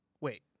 Wait